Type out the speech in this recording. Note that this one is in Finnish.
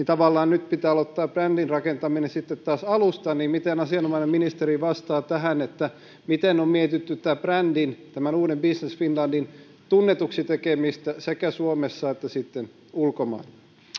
tavallaan nyt pitää aloittaa brändin rakentaminen sitten taas alusta miten asianomainen ministeri vastaa tähän että miten on mietitty tämän brändin tämän uuden business finlandin tunnetuksi tekemistä sekä suomessa että sitten ulkomailla